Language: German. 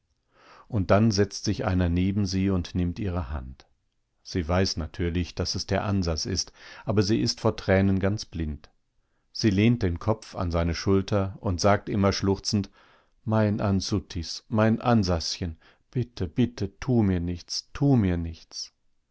und dann setzt sich einer neben sie und nimmt ihre hand sie weiß natürlich daß es der ansas ist aber sie ist vor tränen ganz blind sie lehnt den kopf an seine schulter und sagt immer schluchzend mein ansuttis mein ansaschen bitte bitte tu mir nichts tu mir nichts